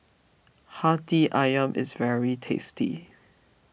Hati Ayam is very tasty